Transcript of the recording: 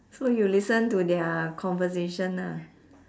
so you listen to their conversation ah